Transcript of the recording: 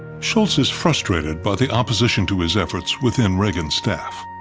shultz is frustrated by the opposition to his efforts within reagan's staff.